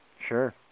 Sure